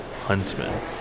Huntsman